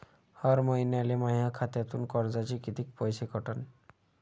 हर महिन्याले माह्या खात्यातून कर्जाचे कितीक पैसे कटन?